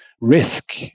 risk